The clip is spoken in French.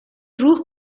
jours